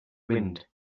wind